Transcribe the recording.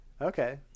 Okay